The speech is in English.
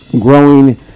growing